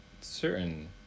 certain